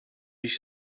ich